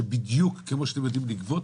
שבדיוק כמו שאתם יודעים לגבות,